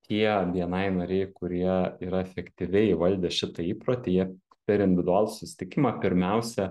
tie bni nariai kurie yra efektyviai įvaldę šitą įprotį jie per individualų susitikimą pirmiausia